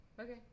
okay